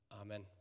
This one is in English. Amen